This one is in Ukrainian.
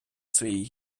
своїй